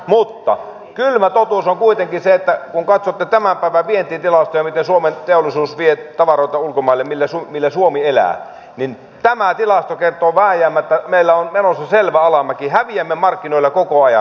mutta kylmä totuus on kuitenkin se että kun katsotte tämän päivän vientitilastoja miten suomen teollisuus vie tavaroita ulkomaille millä suomi elää niin tämä tilasto kertoo vääjäämättä että meillä on menossa selvä alamäki häviämme markkinoilla koko ajan